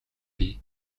бий